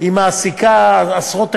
והיא מעסיקה עשרות טכנאים.